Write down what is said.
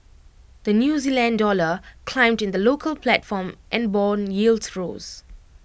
the new Zealand dollar climbed in the local platform and Bond yields rose